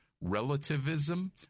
relativism